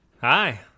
Hi